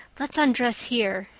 let's undress here,